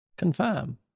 Confirm